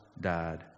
died